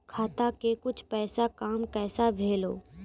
खाता के कुछ पैसा काम कैसा भेलौ?